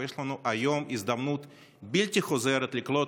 ויש לנו היום הזדמנות בלתי חוזרת לקלוט